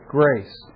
grace